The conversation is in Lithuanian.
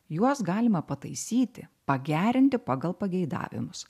juos galima pataisyti pagerinti pagal pageidavimus